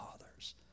fathers